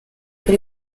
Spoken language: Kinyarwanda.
kuri